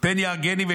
"פן יהרגני.